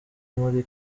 muri